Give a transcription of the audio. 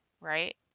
right